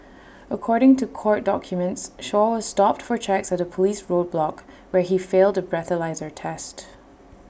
according to court documents Shaw was stopped for checks at A Police roadblock where he failed A breathalyser test